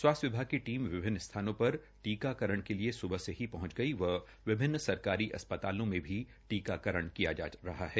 स्वास्थ्य विभाग की टीम विभिन्न स्थानों पर टीकाकरण के लि सुबह से ही पहंच गई व विभिन्न सरकारी अस्पतालों में भी टीकाकरण किया जा जा रहा है